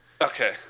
okay